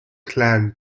clan